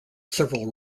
several